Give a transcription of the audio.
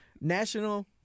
National